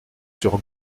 sur